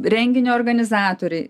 renginio organizatoriai